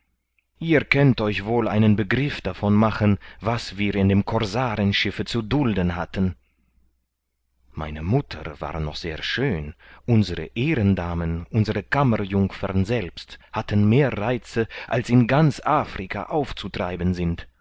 ihr kennt euch wohl einen begriff davon machen was wir in dem korsarenschiffe zu dulden hatten meine mutter war noch sehr schön unsere ehrendamen unsere kammerjungfern selbst hatten mehr reize als in ganz afrika aufzutreiben sind